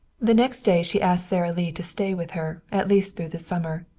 the next day she asked sara lee to stay with her, at least through the summer.